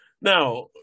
Now